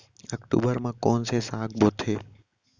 अक्टूबर मा कोन से साग बोथे?